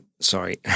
sorry